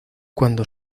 cuando